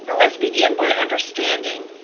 ah let's begin by understanding